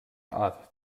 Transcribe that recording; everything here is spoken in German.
art